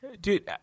Dude